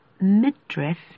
midriff